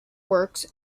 works